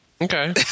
Okay